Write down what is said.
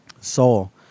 soul